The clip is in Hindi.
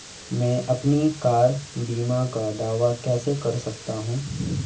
मैं अपनी कार बीमा का दावा कैसे कर सकता हूं?